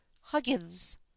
Huggins